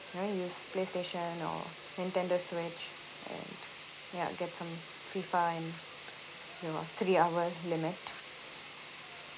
you know use playstation or nintendo switch and ya get some free fun your three hour limit